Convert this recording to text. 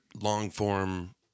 long-form